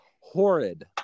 horrid